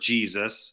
Jesus